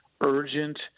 urgent